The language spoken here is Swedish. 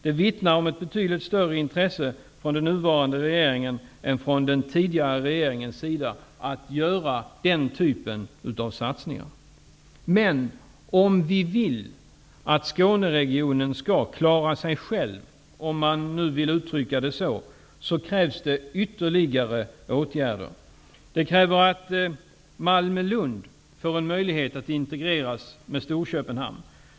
Det vittnar om ett betydligt större intresse från den nuvarande regeringen än från den tidigare regerinen för att göra den typen av satsningar. Men om vi vill att Skåneregionen skall klara sig själv -- om man nu vill uttrycka det så -- krävs det ytterligare åtgärder. Det kräver att Malmö--Lund får en möjlighet att integreras med Storköpenhamn.